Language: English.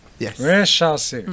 yes